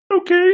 okay